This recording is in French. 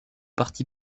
parti